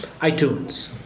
iTunes